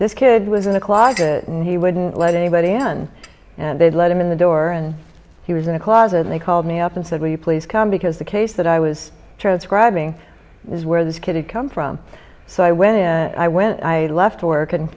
this kid was in a closet and he wouldn't let anybody and and they let him in the door and he was in a closet and they called me up and said will you please come because the case that i was transcribing was where this kid had come from so i went in i went i left work and